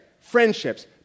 friendships